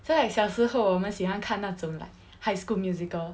so like 小时候我们喜欢看那种 like high school musical